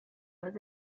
was